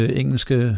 engelske